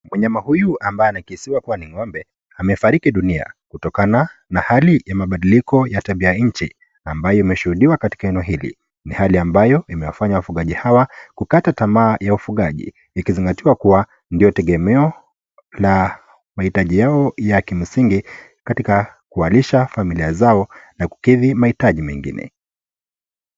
Mnyama huyu ambaye anakisiwa kuwa ni ng'ombe, amefariki dunia kutokana na hali ya mabadiliko ya tabia nchi ambayo imeshuhudiwa katika eneo hili, ni hali ambayo imewafanya wafugaji hawa kukata tamaa ya ufugaji ikizingatiwa kuwa ndio tegemeo la mahitaji yao ya kimsingi katika kuwalisha familia zao na kukidhi mahitaji mengine.